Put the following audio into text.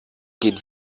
geht